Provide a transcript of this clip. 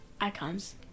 icons